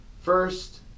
first